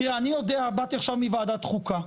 תראה אני באתי עכשיו מוועדת חוקה,